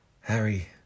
Harry